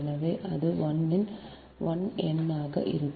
எனவே அது 1 n ஆக இருக்கும்